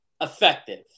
effective